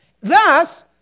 thus